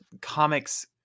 comics